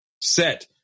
set